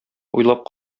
уйлап